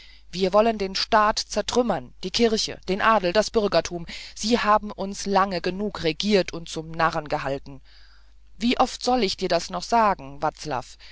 wir wollen den staat zertrümmern die kirche den adel das bürgertum sie haben uns lange genug regiert und zum narren gehalten wie oft soll ich dir das noch sagen